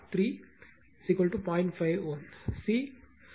5 and மற்றும் or 3 0